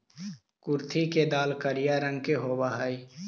कुर्थी के दाल करिया रंग के होब हई